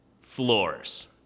Floors